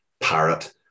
parrot